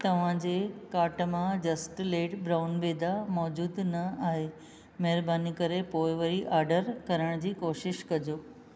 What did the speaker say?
तव्हांजे काट मां जस्ट लेड ब्राउन बेदा मौजूद न आहे महिरबानी करे पोइ वरी ऑडर करण जी कोशिश कजो